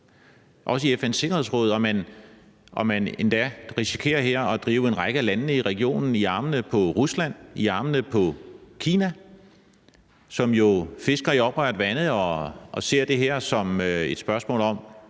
også i FN's Sikkerhedsråd, og man endda her risikerer at drive en række af landene i regionen i armene på Rusland og i armene på Kina, som jo fisker i oprørte vande og ser det her som et spørgsmål om,